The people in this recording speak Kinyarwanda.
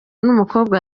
n’umukobwa